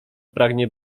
pragnie